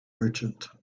merchant